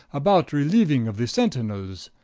about relieuing of the centinels.